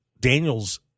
Daniel's